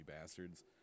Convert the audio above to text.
bastards